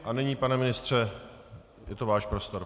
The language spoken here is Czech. A nyní, pane ministře, je to váš prostor.